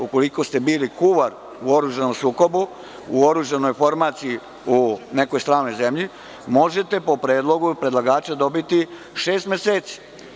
Ukoliko ste bili kuvar u oružanom sukobu, u oružanoj formaciji u nekoj stranoj zemlji, možete po predlogu predlagača dobiti šest meseci.